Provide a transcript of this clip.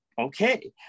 okay